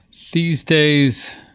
these days,